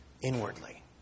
inwardly